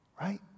Right